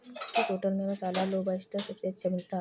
किस होटल में मसाला लोबस्टर सबसे अच्छा मिलता है?